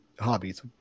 hobbies